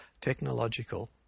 technological